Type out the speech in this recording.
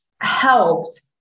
helped